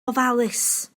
ofalus